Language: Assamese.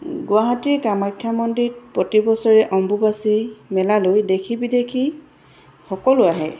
গুৱাহাটীৰ কামাখ্যা মন্দিৰত প্ৰতি বছৰে অম্বুবাচী মেলালৈ দেশী বিদেশী সকলো আহে